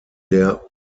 der